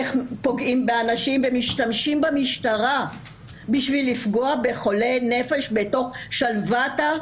איך פוגעים באנשים ומשתמשים במשטרה בשביל לפגוע בחולה נפש בתוך שלוותה,